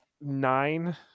nine